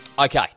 Okay